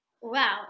Wow